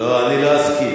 לא, אני לא אסכים.